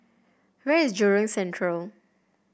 where is Jurong Central